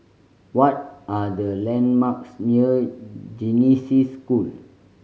what are the landmarks near Genesis School